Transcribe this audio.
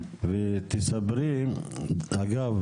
אגב,